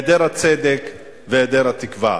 היעדר הצדק והיעדר התקווה.